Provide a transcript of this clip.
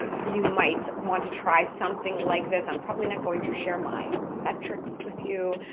um you might want to try something like this. i'm probably not going to share my metrics with you,